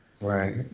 right